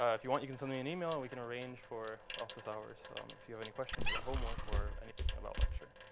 ah if you want, you can send me an email. and we can arrange for office hours if you have any questions about homework or anything about lecture.